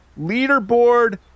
leaderboard